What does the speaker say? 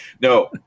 No